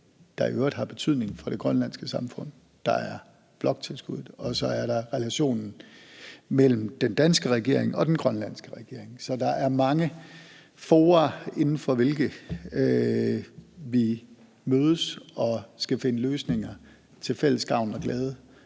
der i øvrigt har en betydning for det grønlandske samfund. Der er bloktilskuddet, og så er der relationen mellem den danske regering og den grønlandske regering. Så der er mange fora, inden for hvilke vi mødes og skal finde løsninger til fælles gavn og glæde,